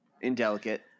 indelicate